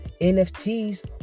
NFTs